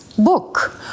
book